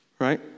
right